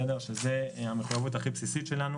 שזאת המחויבות הכי בסיסית שלנו.